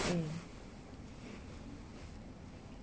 mm